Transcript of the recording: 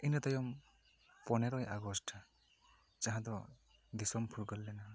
ᱤᱱᱟᱹ ᱛᱟᱭᱚᱢ ᱯᱚᱱᱮᱨᱚᱭ ᱟᱜᱚᱥᱴ ᱡᱟᱦᱟᱸ ᱫᱚ ᱫᱤᱥᱚᱢ ᱯᱷᱩᱨᱜᱟᱹᱞ ᱞᱮᱱᱟ